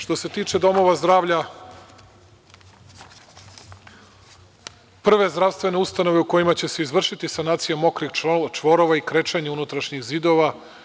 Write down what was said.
Što se tiče domova zdravlja, prve zdravstvene ustanove u kojima će se izvršiti sanacija mokrih čvorova i krečenje unutrašnjih zidova.